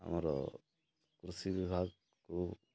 ଆମର କୃଷି ବିଭାଗକୁ